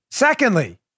Secondly